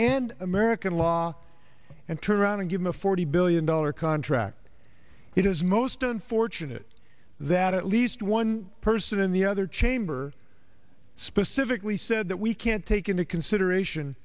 and american law and turn around and give him a forty billion dollar contract it is most unfortunate that at least one person in the other chamber specifically said that we can't take into consideration